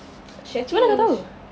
Sharetea is